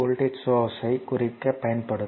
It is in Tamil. வோல்ட்டேஜ் சோர்ஸ் ஐ குறிக்கப் பயன்படும்